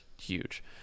huge